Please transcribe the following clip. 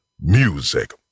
music